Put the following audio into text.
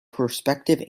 prospective